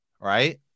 right